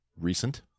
recent